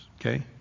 Okay